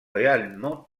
réellement